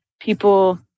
people